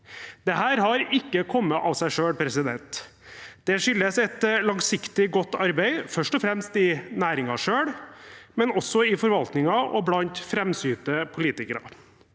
Dette har ikke kommet av seg selv. Det skyldes et langsiktig, godt arbeid, først og fremst i næringen selv, men også i forvaltningen og blant framsynte politikere.